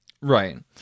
Right